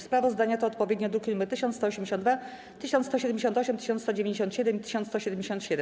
Sprawozdania to odpowiednio druki nr 1182, 1178, 1197 i 1177.